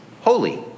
Holy